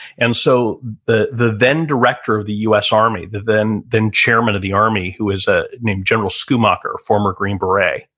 and so, the the then director of the us army, the then then chairman of the army who is ah named general schoomaker, a former green beret,